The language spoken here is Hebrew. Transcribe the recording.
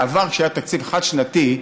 בעבר היה תקציב חד-שנתי,